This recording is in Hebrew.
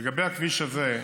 לגבי הכביש הזה,